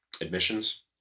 admissions